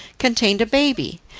contained a baby,